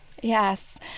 Yes